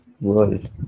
world